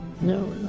no